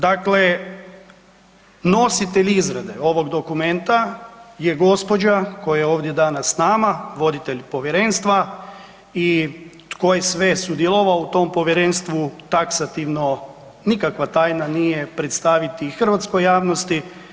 Dakle, nositelj izrade ovog dokumenta je gospođa koja je ovdje danas s nama voditelj povjerenstva i tko je sve sudjelovao u tom povjerenstvu taksativno nikakva tajna nije predstaviti hrvatskoj javnosti.